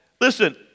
Listen